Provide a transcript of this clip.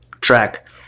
track